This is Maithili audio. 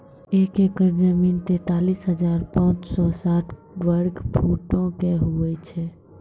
एक एकड़ जमीन, तैंतालीस हजार पांच सौ साठ वर्ग फुटो के होय छै